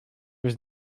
was